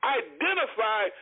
identify